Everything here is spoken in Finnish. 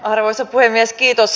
arvoisa puhemies kiitos